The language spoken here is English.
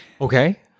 Okay